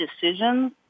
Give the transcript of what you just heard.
decisions